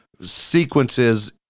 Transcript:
sequences